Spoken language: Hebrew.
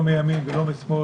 לא מימין ולא משמאל,